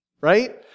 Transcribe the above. right